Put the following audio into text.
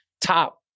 top